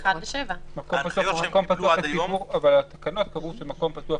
זה היה 7:1. התקנות קבעו שמקום פתוח